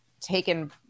taken